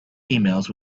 emails